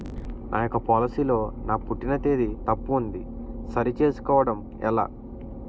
నా యెక్క పోలసీ లో నా పుట్టిన తేదీ తప్పు ఉంది సరి చేసుకోవడం ఎలా?